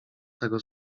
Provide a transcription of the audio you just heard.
tego